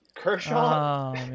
Kershaw